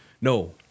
No